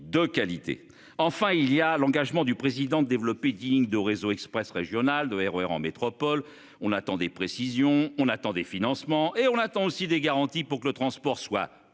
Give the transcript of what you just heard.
de qualité, enfin il y a l'engagement du président de développer digne de réseau Express régional de RER en métropole. On attend des précisions. On attend des financements et on attend aussi des garanties pour que le transport soit